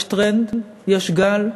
יש טרנד, יש גל,